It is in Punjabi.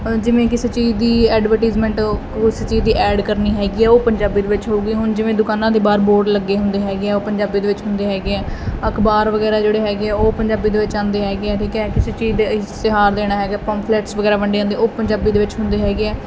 ਜਿਵੇਂ ਕਿਸੇ ਚੀਜ਼ ਦੀ ਐਡਵਰਟੀਜਮੈਂਟ ਉਸ ਚੀਜ਼ ਦੀ ਐਡ ਕਰਨੀ ਹੈਗੀ ਆ ਉਹ ਪੰਜਾਬੀ ਦੇ ਵਿੱਚ ਹੋਊਗੀ ਹੁਣ ਜਿਵੇਂ ਦੁਕਾਨਾਂ ਦੇ ਬਾਹਰ ਬੋਰਡ ਲੱਗੇ ਹੁੰਦੇ ਹੈਗੇ ਆ ਉਹ ਪੰਜਾਬੀ ਦੇ ਵਿੱਚ ਹੁੰਦੇ ਹੈਗੇ ਆ ਅਖਬਾਰ ਵਗੈਰਾ ਜਿਹੜੇ ਹੈਗੇ ਆ ਉਹ ਪੰਜਾਬੀ ਦੇ ਵਿੱਚ ਆਉਂਦੇ ਹੈਗੇ ਹੈ ਠੀਕ ਹੈ ਕਿਸੇ ਚੀਜ਼ ਦਾ ਇਸ਼ਤਿਹਾਰ ਦੇਣਾ ਹੈਗਾ ਪੰਫਲੈਟਸ ਵਗੈਰਾ ਵੰਡੇ ਜਾਂਦੇ ਉਹ ਪੰਜਾਬੀ ਦੇ ਵਿੱਚ ਹੁੰਦੇ ਹੈਗੇ ਆ